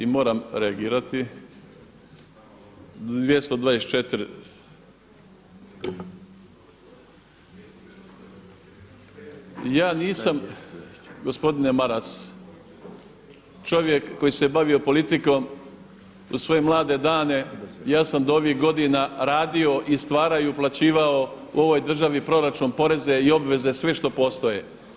I moram reagirati, 224., ja nisam, gospodine Maras čovjek koji se bavio politikom u svoje mlade dane, ja sam do ovih godina radio i stvarao i uplaćivao u ovoj državi proračun, poreze i obveze sve što postoje.